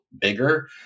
bigger